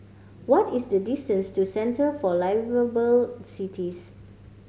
what is the distance to Centre for Liveable Cities